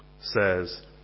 says